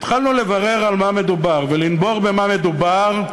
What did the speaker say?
התחלנו לברר על מה מדובר ולנבור במה מדובר,